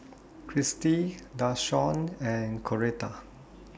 Christi Dashawn and Coretta